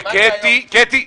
קטי, קטי.